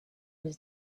his